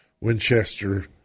Winchester